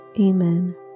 Amen